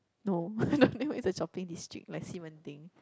no Dongdaemun is a shopping district like Xi-Men-Ding